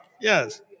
Yes